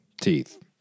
Teeth